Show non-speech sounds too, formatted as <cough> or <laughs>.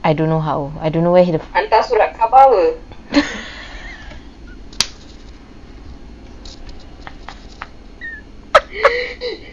I don't know how I don't know where he'd <laughs>